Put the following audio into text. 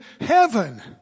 heaven